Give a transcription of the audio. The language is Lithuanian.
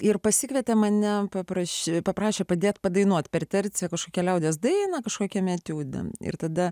ir pasikvietė mane paprasčiausiai paprašė padėti padainuoti per terciją kažkokią liaudies dainą kažkokiame etiude ir tada